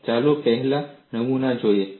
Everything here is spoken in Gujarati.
ચાલો પહેલા નમૂના જોઈએ